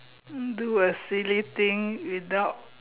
do a silly thing without